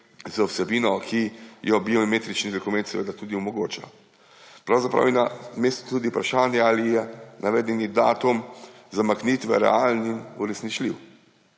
z vsebino, ki jo biometrični dokument seveda tudi omogoča. Pravzaprav je na mestu tudi vprašanje ali je navedeni datum zamaknitve realen in uresničljiv.